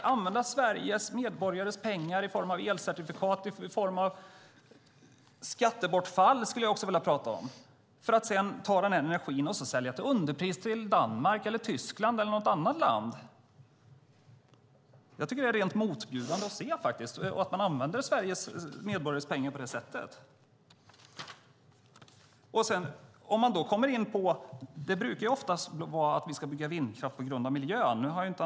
Man använder Sveriges medborgares pengar i form av elcertifikat och skattebortfall för att sälja energin till underpris till Danmark, Tyskland eller något annat land. Det är motbjudande att man använder Sveriges medborgares pengar på detta sätt. Det brukar heta att Sverige ska bygga vindkraft för miljöns skull.